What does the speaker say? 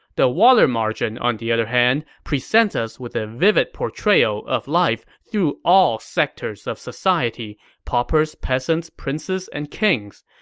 the water margin, on the other hand, presents us with a vivid portrayal of life through all sectors of society paupers, peasants, princes, and kings.